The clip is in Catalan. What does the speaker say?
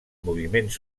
moviments